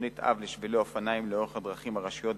תוכנית אב לשבילי אופניים לאורך הדרכים הראשיות בישראל,